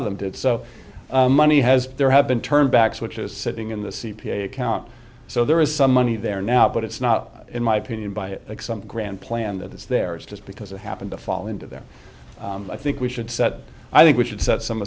of them did so money has there have been turned back which is sitting in the c p a account so there is some money there now but it's not in my opinion by some grand plan that it's there it's just because it happened to fall into that i think we should set i think we should set some